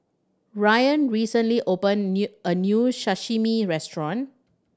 Rylan recently open a new Sashimi Restaurant